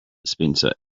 spencer